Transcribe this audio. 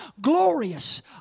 Glorious